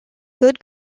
good